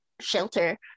shelter